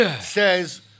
Says